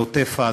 בעוטף-עזה.